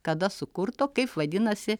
kada sukurto kaip vadinasi